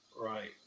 Right